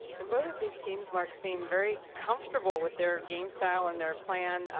and both of these teams, mark, seem very comfortable with their game style and their plan,